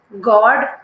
God